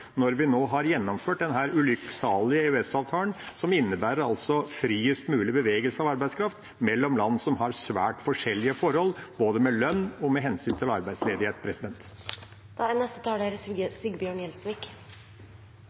når vi nå har gjennomført denne ulykksalige EØS-avtalen som innebærer friest mulig bevegelse av arbeidskraft mellom land som har svært forskjellige forhold, både med hensyn til lønn og arbeidsledighet. Allmenngjøringsloven er viktig, og det er viktig med